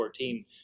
2014